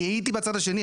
הייתי בצד השני,